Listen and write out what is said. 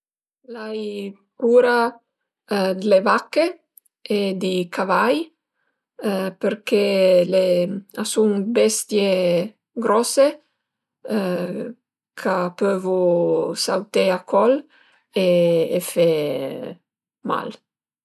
L'ai pure d'la vache e di cavai përché a sun 'd bestie grose ch'a pövu sauté a col e fe mal